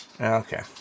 Okay